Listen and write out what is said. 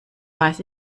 weiß